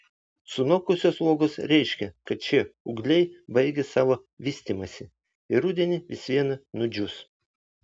sunokusios uogos reiškia kad šie ūgliai baigė savo vystymąsi ir rudenį vis vien nudžius